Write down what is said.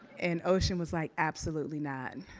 and ocean was like, absolutely not.